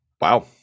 wow